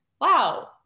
Wow